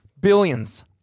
Billions